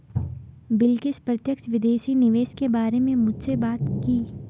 बिलकिश प्रत्यक्ष विदेशी निवेश के बारे में मुझसे बात की